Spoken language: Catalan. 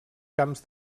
camps